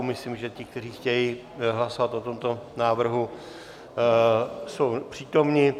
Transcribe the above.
Myslím, že ti, kteří chtějí hlasovat o tomto návrhu, jsou přítomni.